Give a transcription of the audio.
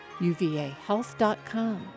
uvahealth.com